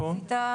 באוניברסיטה.